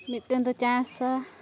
ᱢᱮᱫᱴᱮᱱ ᱫᱚ ᱪᱟᱥᱟ